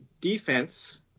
defense